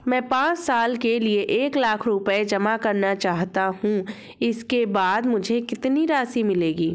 मैं पाँच साल के लिए एक लाख रूपए जमा करना चाहता हूँ इसके बाद मुझे कितनी राशि मिलेगी?